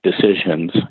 decisions